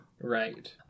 right